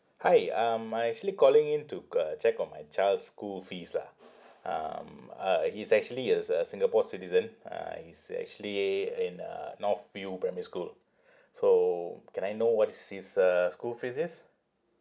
hi um I actually calling it to uh check on my child's school fees lah um uh he's actually is a singapore citizen uh he's actually in uh north view primary school so can I know what is his uh school fees is